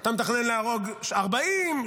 אתה מתכנן להרוג 40,